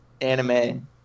anime